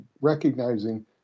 recognizing